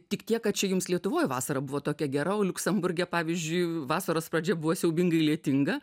tik tiek kad čia jums lietuvoj vasara buvo tokia gera o liuksemburge pavyzdžiui vasaros pradžia buvo siaubingai lietinga